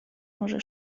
może